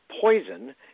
poison